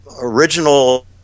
original